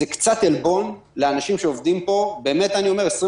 זה קצת עלבון לאנשים שעובדים פה 24/7,